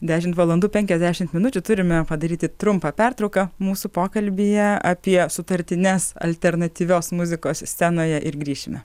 dešimt valandų penkiasdešimt minučių turime padaryti trumpą pertrauką mūsų pokalbyje apie sutartines alternatyvios muzikos scenoje ir grįšime